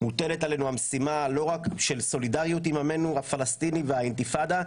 מוטלת עלינו המשימה לא רק של סולידריות עם עמנו הפלסטינים והאינתיפאדה,